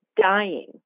dying